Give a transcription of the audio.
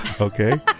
Okay